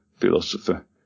philosopher